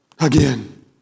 again